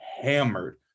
hammered